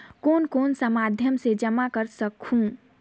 कौन कौन सा माध्यम से जमा कर सखहू?